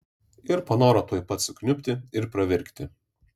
ir panoro tuoj pat sukniubti ir pravirkti